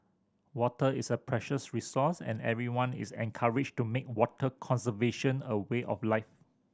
water is a precious resource and everyone is encouraged to make water conservation a way of life